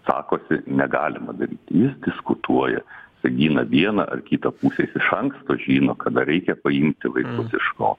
sakosi negalima daryti jis diskutuoja jisai gina vieną ar kitą pusę jis iš anksto žino kada reikia paimti vaikus iš ko